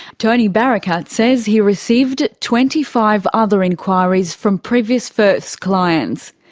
tony barakat says he received twenty five other enquiries from previous firths clients.